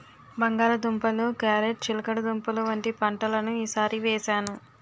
బంగాళ దుంపలు, క్యారేట్ చిలకడదుంపలు వంటి పంటలను ఈ సారి వేసాను